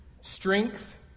Strength